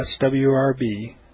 swrb